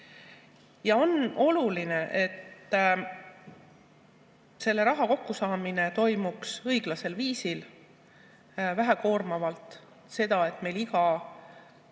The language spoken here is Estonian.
Ja on oluline, et selle raha kokkusaamine toimuks õiglasel viisil, vähe koormavalt. Kui meil iga